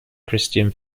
christian